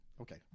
okay